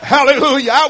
Hallelujah